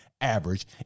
average